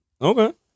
Okay